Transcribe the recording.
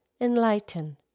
enlighten